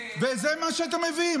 וזה מה שאתם מביאים.